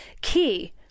key